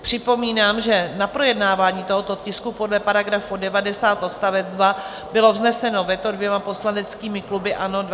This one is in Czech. Připomínám, že na projednávání tohoto tisku podle § 90 odst. 2 bylo vzneseno veto dvěma poslaneckými kluby ANO 2011 a SPD.